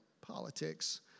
politics